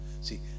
See